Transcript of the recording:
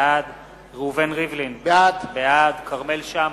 בעד ראובן ריבלין, בעד כרמל שאמה,